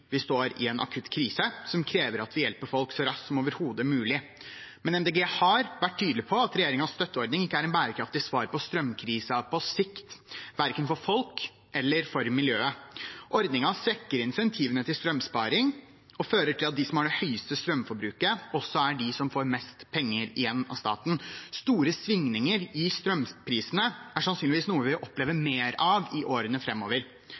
vi står i en akutt krise som krever at vi hjelper folk så raskt som overhodet mulig. Men Miljøpartiet De Grønne har vært tydelig på at regjeringens støtteordning ikke er et bærekraftig svar på strømkrisen på sikt, verken for folk eller for miljøet. Ordningen svekker incentivene til strømsparing og fører til at de som har det høyeste strømforbruket, også er de som får mest penger igjen av staten. Store svingninger i strømprisene er sannsynligvis noe vi vil oppleve mer av i årene